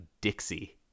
Dixie